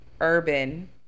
urban